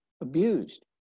abused